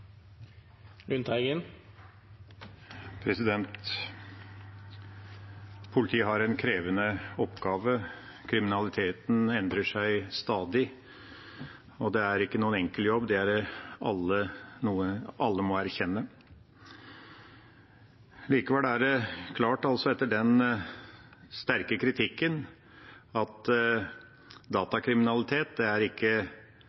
Politiet har en krevende oppgave. Kriminaliteten endrer seg stadig, og det er ikke noen enkel jobb. Det er noe alle må erkjenne. Likevel er det etter den sterke kritikken klart at datakriminalitet er ikke